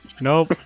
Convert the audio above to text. Nope